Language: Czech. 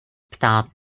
ptát